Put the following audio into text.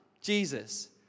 Jesus